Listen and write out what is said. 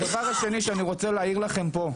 הדבר השני שאני רוצה להעיר לכם פה,